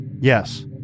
yes